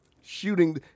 shooting